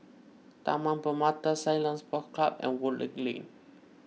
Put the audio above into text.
Taman Permata Ceylon Sports Club and Woodleigh Lane